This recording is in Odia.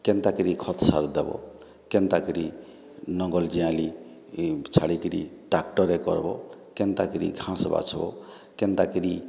କେନ୍ତା କିରି ଖତ୍ ସାର୍ ଦବ କେନ୍ତା କରି ନଙ୍ଗଲ୍ ଜିଆଁଲି ଇ ଛାଡ଼ିକିରି ଟାକ୍ଟରେ କର୍ବୋ କେନ୍ତା କିରି ଘାଁସ୍ ବାଛବ୍ କେନ୍ତା କିରି